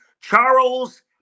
Charles